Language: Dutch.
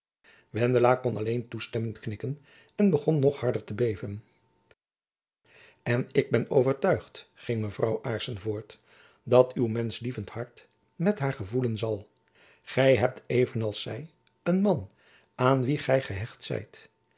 wendela kon alleen toestemmend knikken en begon nog harder te beven en ik ben overtuigd ging mevrouw aarssen voort dat uw menschlievend hart met haar gevoelen zal gy hebt even als zy een man aan wien gy gehecht zijt